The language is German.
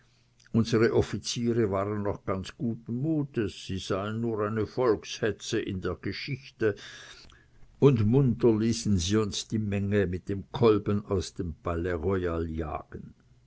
unsere offiziere waren noch ganz guten mutes sie sahen nur eine volkshetze in der geschichte und munter ließen sie uns die menge mit den kolben aus dem palais royal jagen